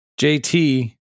JT